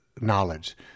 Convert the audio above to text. knowledge